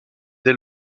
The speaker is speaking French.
dès